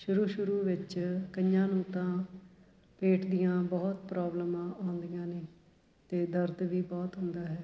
ਸ਼ੁਰੂ ਸ਼ੁਰੂ ਵਿੱਚ ਕਈਆਂ ਨੂੰ ਤਾਂ ਪੇਟ ਦੀਆਂ ਬਹੁਤ ਪ੍ਰੋਬਲਮਾਂ ਆਉਂਦੀਆਂ ਨੇ ਅਤੇ ਦਰਦ ਵੀ ਬਹੁਤ ਹੁੰਦਾ ਹੈ